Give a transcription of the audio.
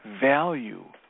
value